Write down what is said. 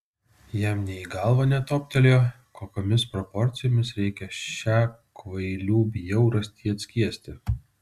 jam nė į galvą netoptelėjo kokiomis proporcijomis reikia šią kvailių bjaurastį atskiesti